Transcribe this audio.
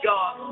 God